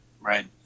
Right